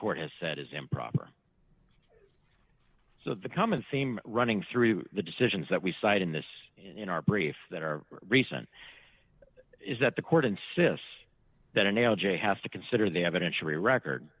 court has said is improper so the common theme running through the decisions that we cite in this in our brief that are recent is that the court insists that analogy has to consider the evidence for a record